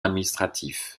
administratifs